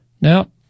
Now